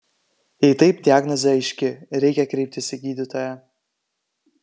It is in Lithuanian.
jei taip diagnozė aiški reikia kreiptis į gydytoją